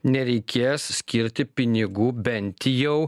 nereikės skirti pinigų bent jau